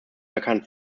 erkannt